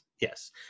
yes